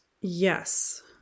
Yes